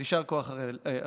יישר כוח, אריאל.